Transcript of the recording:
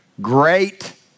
great